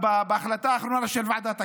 בהחלטה האחרונה של ועדת הכספים: